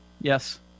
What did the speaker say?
Yes